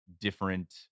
different